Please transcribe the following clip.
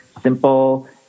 simple